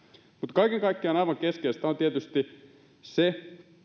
kaiken kaikkiaan aivan keskeistä on tietysti se